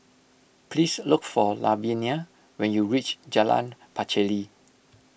please look for Lavinia when you reach Jalan Pacheli